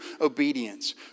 obedience